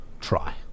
try